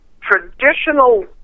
traditional